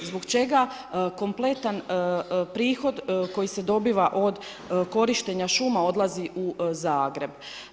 Zbog čega kompletan prihod koji se dobiva od korištenja šuma odlazi u Zagreb?